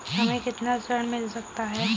हमें कितना ऋण मिल सकता है?